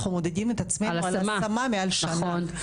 אנחנו מודדים את עצמנו על השמה מעל שנה.